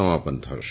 સમાપન થશે